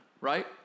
right